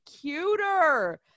cuter